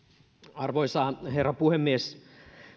arvoisa herra puhemies